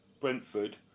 Brentford